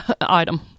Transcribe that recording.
item